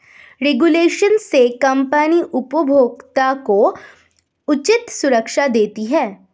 regulation से company उपभोक्ता को उचित सुरक्षा देती है